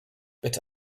but